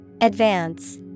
Advance